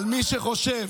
אבל מי שחושב